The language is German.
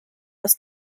aus